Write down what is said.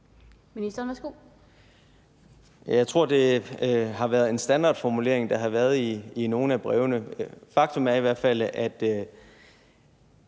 (Simon Kollerup): Jeg tror, der har været en standardformulering i nogle af brevene. Faktum er i hvert fald, at